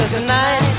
tonight